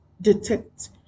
detect